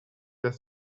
their